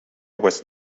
was